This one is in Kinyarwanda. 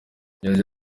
yagize